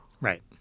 Right